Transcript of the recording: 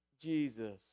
Jesus